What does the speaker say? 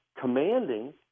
commanding